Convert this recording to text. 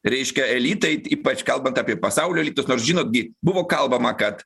reiškia elitai ypač kalbant apie pasaulio elitus nors žinot gi buvo kalbama kad